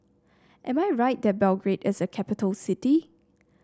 am I right that Belgrade is a capital city